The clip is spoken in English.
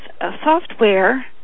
software